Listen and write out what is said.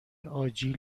آجیل